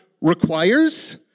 requires